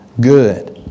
good